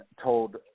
told